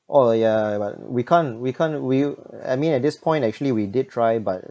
oh ya but we can't we can't we I mean at this point actually we did try but